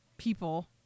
People